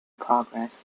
progress